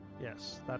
Yes